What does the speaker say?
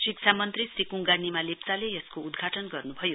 शिक्षा मन्त्री श्री कुङ्गा निमा लेप्चाले यसको उद्घाटन गर्नुभयो